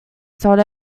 sold